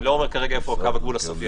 אני לא אומר כרגע איפה קו הגבול הסופי,